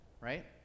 right